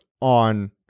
on